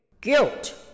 guilt